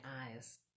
eyes